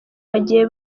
bagiye